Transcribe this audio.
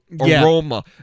aroma